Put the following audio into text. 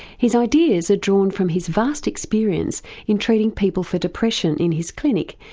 his ideas are drawn from his vast experience in treating people for depression in his clinic,